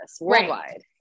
worldwide